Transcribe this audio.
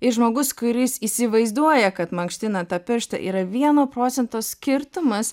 ir žmogus kuris įsivaizduoja kad mankština tą pirštą yra vieno procento skirtumas